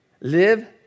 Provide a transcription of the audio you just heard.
Live